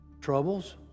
troubles